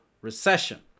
recession